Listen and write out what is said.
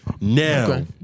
Now